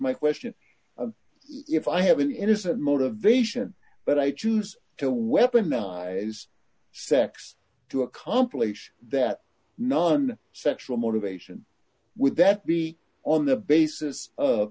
my question if i have an innocent motivation but i choose to weaponize sex to accomplish that on sexual motivation would that be on the basis of